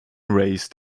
raised